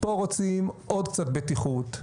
פה רוצים עוד קצת בטיחות,